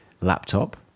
Laptop